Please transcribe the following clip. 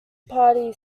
party